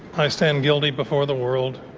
i stand guilty before the world,